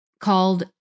called